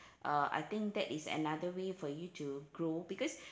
uh I think that is another way for you to grow because